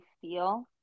feel